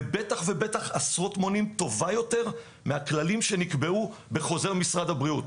ובטח ובטח עשרות מונים טובה יותר מהכללים שנקבעו בחוזר משרד הבריאות,